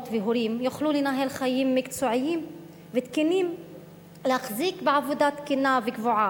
והורים יוכלו לנהל חיים מקצועיים תקינים ולהחזיק בעבודה קבועה,